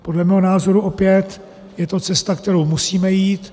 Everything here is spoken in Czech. Podle mého názoru opět je to cesta, kterou musíme jít.